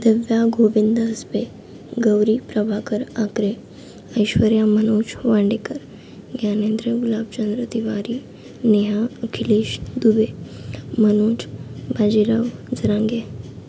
Divya Govind Hasbe Gauri Prabhakar Akre Aishwarya Manoj Wandekar Gyanendra Gulabchandra Tiwari Neha Akhilesh Dubey Manoj Bajirao Jarange